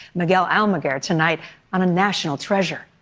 miguel almaguer tonight on a national treasure.